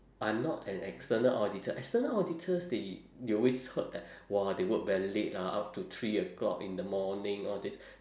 I'm not an external auditor external auditors they you always heard that !wah! they work very late ah up to three o'clock in the morning all this